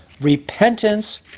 repentance